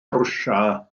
rwsia